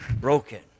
broken